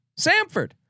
Samford